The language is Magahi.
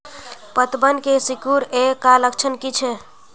पतबन के सिकुड़ ऐ का लक्षण कीछै?